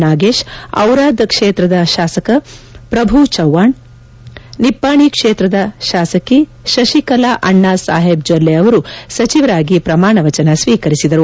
ನಾಗೇಶ್ ದಿರಾದ್ ಕ್ಷೇತ್ರದ ಶಾಸಕ ಶ್ರಭು ಚೌಹಾಣ್ ನಿಪ್ವಾಣಿ ಕ್ಷೇತ್ರದ ಶಾಸಕಿ ಶಶಿಕಲಾ ಅಣ್ಣಾ ಸಾಹೇಬ್ ಜೊಲ್ಲೆ ಅವರು ಸಚಿವರಾಗಿ ಪ್ರಮಾಣ ವಚನ ಸ್ತೀಕರಿಸಿದರು